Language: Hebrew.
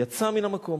יצא מן המקום.